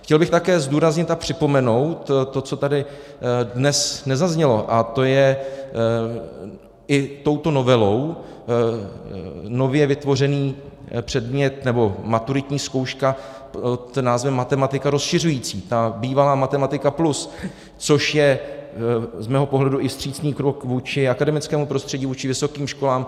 Chtěl bych také zdůraznit a připomenout to, co tady dnes nezaznělo, a to je i touto novelou nově vytvořený předmět, nebo maturitní zkouška, ten název matematika rozšiřující, ta bývalá matematika plus, což je z mého pohledu i vstřícný krok vůči akademickému prostředí, vůči vysokým školám.